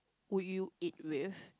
would you eat with